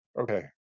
Okay